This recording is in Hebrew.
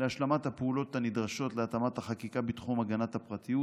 להשלמת הפעולות הנדרשות להתאמת החקיקה בתחום הגנת הפרטיות